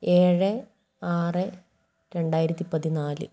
ഏഴ് ആറ് രണ്ടായിരത്തിപ്പതിനാല്